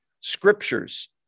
scriptures